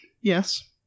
yes